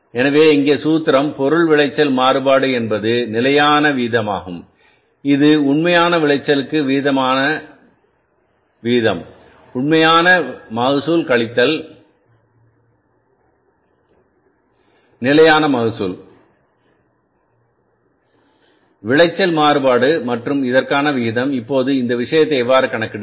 எனவே இங்கே சூத்திரம் பொருள் விளைச்சல் மாறுபாடு என்பது நிலையான வீதமாகும் இது உண்மையான விளைச்சலுக்கான நிலையான வீதம் உண்மையான மகசூல் கழித்தல் நிலையான மகசூல் உண்மையான மகசூல் கழித்தல் நிலையான மகசூல் என்பது பொருள் விளைச்சல் மாறுபாடு மற்றும் இதற்காக விகிதம் இப்போது இந்த விஷயத்தை எவ்வாறு கணக்கிடுவது